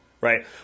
right